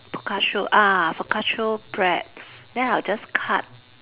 focaccia ah focaccia bread then I'll just cut